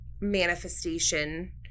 manifestation